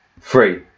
three